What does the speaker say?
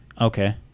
Okay